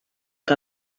que